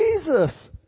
Jesus